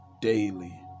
daily